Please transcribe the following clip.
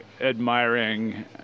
admiring